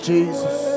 Jesus